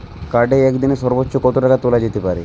কার্ডে একদিনে সর্বোচ্চ কত টাকা তোলা যেতে পারে?